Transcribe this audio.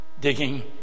digging